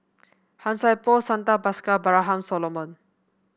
Han Sai Por Santha Bhaskar Abraham Solomon